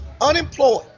unemployed